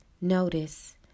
Notice